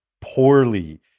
poorly